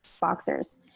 boxers